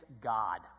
God